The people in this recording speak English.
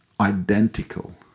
identical